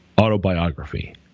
autobiography